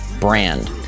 brand